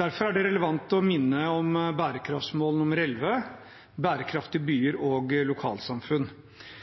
Derfor er det relevant å minne om bærekraftsmål nr. 11, bærekraftige